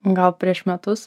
gal prieš metus